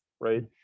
right